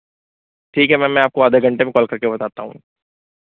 ठीक है मैम मैं आपको आधे घंटे में कॉल करके बताता हूँ